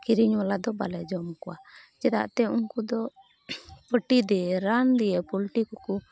ᱠᱤᱨᱤᱧ ᱵᱟᱞᱟ ᱫᱚ ᱵᱟᱞᱮ ᱡᱚᱢ ᱠᱚᱣᱟ ᱪᱮᱫᱟᱜ ᱛᱮ ᱩᱱᱠᱩ ᱫᱚ ᱯᱟᱴᱤ ᱫᱤᱭᱮ ᱨᱟᱱ ᱫᱤᱭᱮ ᱯᱚᱞᱴᱤ ᱠᱚᱠᱚ